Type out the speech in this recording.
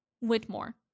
Whitmore